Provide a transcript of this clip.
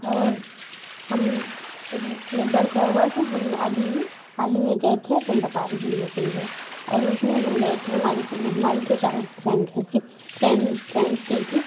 और हम एक एक बार क्या हुआ कि हम अभी हाल ही में गए थे गंगा पार घूमने के लिए और उसमें हम गए थे हमारी हमारी दो चार फ्रेंड गई सी फ्रेंड फ्रेंड्स गई थीं